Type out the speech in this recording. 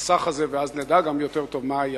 המסך הזה ואז נדע יותר טוב מה היה.